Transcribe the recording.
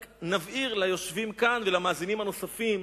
רק נבהיר ליושבים כאן ולמאזינים הנוספים,